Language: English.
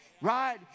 right